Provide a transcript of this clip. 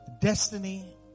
Destiny